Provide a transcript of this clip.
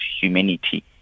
humanity